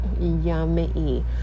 yummy